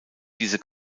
diese